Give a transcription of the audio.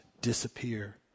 disappear